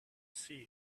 see